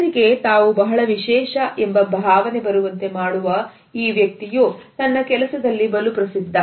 ಜನರಿಗೆ ತಾವು ಬಹಳ ವಿಶೇಷ ಎಂಬ ಭಾವನೆ ಬರುವಂತೆ ಮಾಡುವ ಈ ವ್ಯಕ್ತಿಯು ತನ್ನ ಕೆಲಸದಲ್ಲಿ ಬಲು ಪ್ರಸಿದ್ಧ